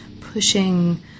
pushing